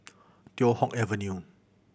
Teow Hock Avenue